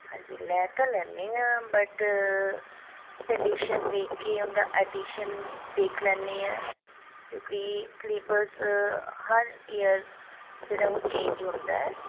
ਹਾਂਜੀ ਲੈ ਤਾਂ ਲੈਂਦੇ ਹਾਂ ਬਟ ਕੰਡੀਸ਼ਨ ਵੇਖ ਕੇ ਉਹਦਾ ਐਡੀਸ਼ਨ ਦੇਖ ਲੈਂਦੇ ਹਾਂ ਕਿਉਂਕਿ ਸਲੇਬਸ ਹਰ ਈਅਰ ਜਿਹੜਾ ਉਹ ਚੇਂਜ ਹੁੰਦਾ ਹੈ